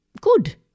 good